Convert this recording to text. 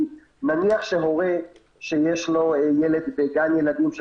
כי נניח שהורה שיש לו ילד בגן ילדים של